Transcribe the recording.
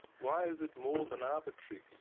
why is it more than arbitrary?